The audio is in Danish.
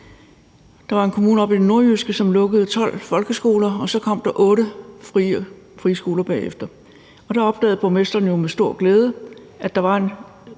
Der var en kommune oppe i det nordjyske, som lukkede 12 folkeskoler, og så kom der 8 friskoler bagefter, og der opdagede borgmesteren jo med stor glæde, at der egentlig